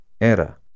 era